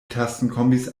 tastenkombis